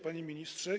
Panie Ministrze!